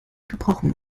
gebrochen